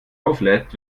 auflädst